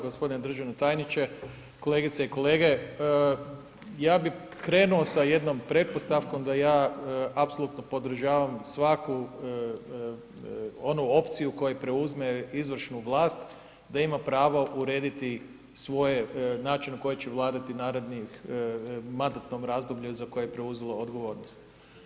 Gospodine državni tajniče, kolegice i kolege, ja bi krenuo sa jednom pretpostavkom da ja apsolutno podržavam svaku onu opciju koja preuzme izvršnu vlast da ima pravo urediti svoj način na koji će vladati narednih, u mandatnom razdoblju za koje je preuzelo odgovornost.